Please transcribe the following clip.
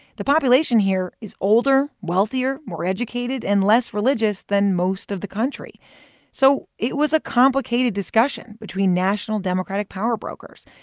the population here is older, wealthier, more educated and less religious than most of the country so it was a complicated discussion between national democratic power brokers.